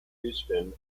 euston